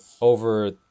over